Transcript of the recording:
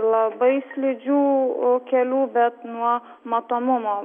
labai slidžių kelių bet nuo matomumo